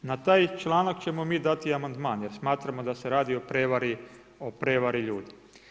Na taj članak ćemo mi dati amandman jer smatramo da se radi o prevari ljudi.